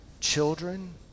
children